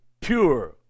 pure